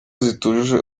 zitujuje